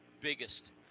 biggest